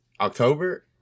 october